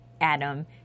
Adam